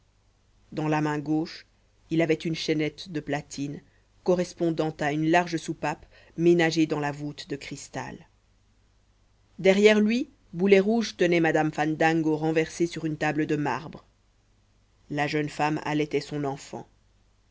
dans la main gauche il avait une chaînette de platine correspondant à une large soupape ménagée dans la voûte de cristal derrière lui boulet rouge tenait madame fandango renversée sur une table de marbre la jeune femme allaitait son enfant